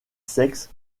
sexe